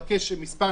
לממשלה.